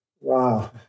Wow